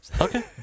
Okay